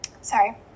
Sorry